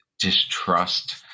distrust